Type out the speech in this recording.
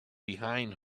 behind